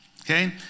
Okay